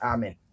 Amen